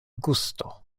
gusto